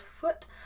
foot